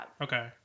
Okay